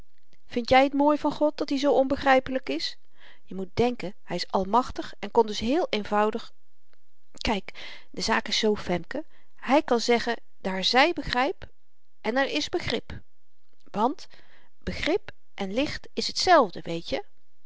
vind jy t mooi van god dat-i zoo onbegrypelyk is je moet denken hy is almachtig en kon dus heel eenvoudig kyk de zaak is zoo femke hy kan zeggen daar zy begrip en er is begrip want begrip en licht is tzelfde weetje